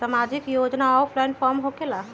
समाजिक योजना offline form होकेला?